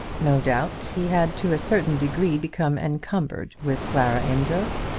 no doubt he had to a certain degree become encumbered with clara amedroz.